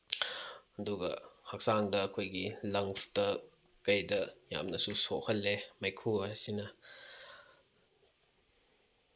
ꯑꯗꯨꯒ ꯍꯛꯆꯥꯡꯗ ꯑꯩꯈꯣꯏꯒꯤ ꯂꯪꯁꯇ ꯀꯩꯗ ꯌꯥꯝꯅꯁꯨ ꯁꯣꯛꯍꯜꯂꯦ ꯃꯩꯈꯨ ꯑꯁꯤꯅ